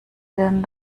denn